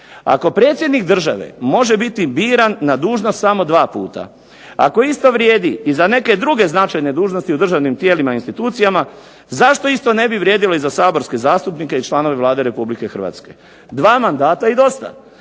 Ako predsjednik države može biti biran na dužnost samo dva puta, ako isto vrijedi i za neke druge značajne dužnosti u državnim tijelima i institucijama, zašto isto ne bi vrijedilo i za saborske zastupnike i članove Vlade Republike Hrvatske. Dva mandata i dosta,